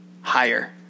higher